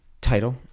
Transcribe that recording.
title